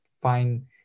find